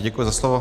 Děkuji za slovo.